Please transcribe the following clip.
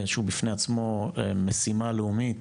שהוא בפני עצמו משימה לאומית